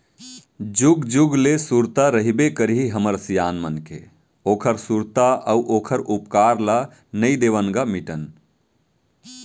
जुग जुग ले सुरता रहिबे करही हमर सियान मन के ओखर सुरता अउ ओखर उपकार ल नइ देवन ग मिटन